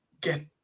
get